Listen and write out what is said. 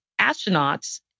astronauts